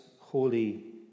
holy